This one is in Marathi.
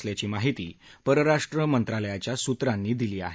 असल्याची माहिती परराष्ट्र मंत्रालयाच्या सूत्रांनी दिली आहे